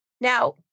Now